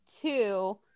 Two